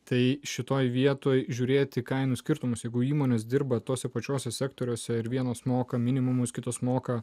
tai šitoje vietoj žiūrėti kainų skirtumus jeigu įmonės dirba tose pačiuose sektoriuose ir vienos moka minimumus kitos moka